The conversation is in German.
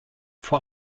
vor